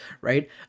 right